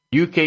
UK